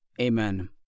Amen